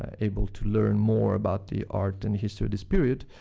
ah able to learn more about the art and history of this period,